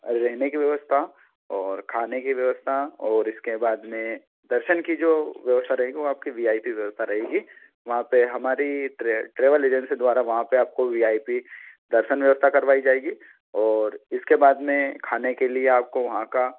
रहने की व्यवस्था और खाने की व्यवस्था और इसके बाद में दर्शन की जो व्यवस्था रहेगी वह आपको वी आई पी व्यवस्था रहेगी वहाँ पर हमारी ट्रेवल एजेंसी द्वारा वहाँ पर आपको वी आई पी दर्शन व्यवस्था करवाई जाएगी और इसके बाद में खाने के लिए आपको वहाँ का